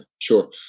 sure